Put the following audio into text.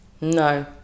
No